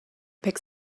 pick